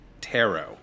tarot